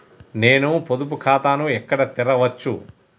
నేను పొదుపు ఖాతాను ఎక్కడ తెరవచ్చు?